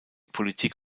politik